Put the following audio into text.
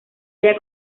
ella